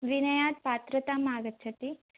विनयात् पात्रता आगच्छति